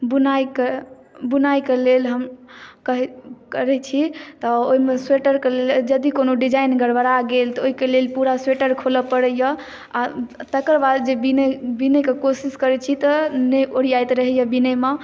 बुनाइ के लेल हम कहै करै छी तऽ ओहिमे स्वेटर के लेल यदि कोनो डिजाइन गरबरा गेल तऽ ओहिके लेल पूरा स्वेटर खोलए परैया आ तकरबाद जे बिनै के कोशिश करै छी तऽ नहि ओरियाइत रहैया बिनै मे